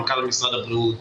מנכ"ל משרד הבריאות,